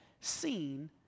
seen